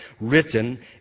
written